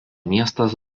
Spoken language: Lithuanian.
miestas